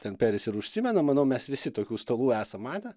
ten peris ir užsimena manau mes visi tokių stalų esam matę